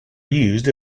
used